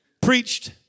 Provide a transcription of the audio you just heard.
preached